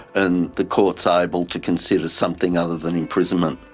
and the court's able to consider something other than imprisonment.